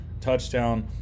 touchdown